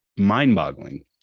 mind-boggling